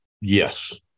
Yes